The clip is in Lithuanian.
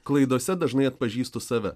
klaidose dažnai atpažįstu save